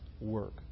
work